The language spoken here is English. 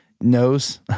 knows